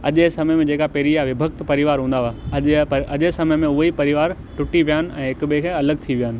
अॼु जे समय में जेका पहिरीं जा विभक्त परिवार हूंदा हुआ अॼु जा अॼु जे समय में उहा ई परिवार टूटी पिया आहिनि ऐं हिकु ॿिएं खे अलॻि थी विया आहिनि